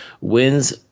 wins